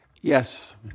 Yes